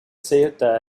ceuta